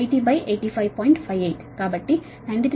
58 కాబట్టి 93